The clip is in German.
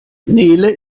nele